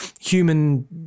human